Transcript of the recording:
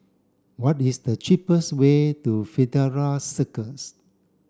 what is the cheapest way to Fidelio Circus